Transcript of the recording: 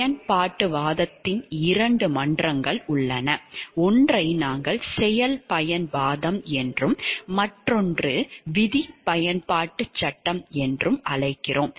பயன்பாட்டுவாதத்தின் இரண்டு மன்றங்கள் உள்ளன ஒன்றை நாங்கள் செயல் பயன்வாதம் என்றும் மற்றொன்று விதி பயன்பாட்டுச் சட்டம் என்றும் அழைக்கிறோம்